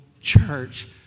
church